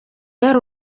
yari